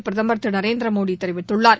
பிரதமர் திரு நரேந்திர மோடி தெரிவித்துள்ளார்